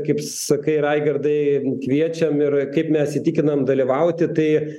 kaip sakai raigardai kviečiam ir kaip mes įtikinam dalyvauti tai